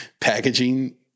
packaging